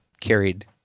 carried